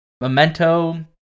Memento